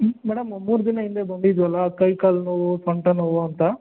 madam ಒಂದು ಮೂರು ದಿನ ಹಿಂದೆ ಬಂದಿದ್ವಲ್ಲಾ ಕೈ ಕಾಲು ನೋವು ಸೊಂಟ ನೋವು ಅಂತ